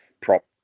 prop